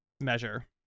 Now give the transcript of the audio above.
measure